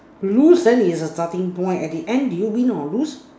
lose then is the starting point at the end did you win or lose